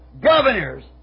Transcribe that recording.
governors